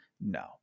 No